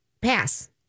pass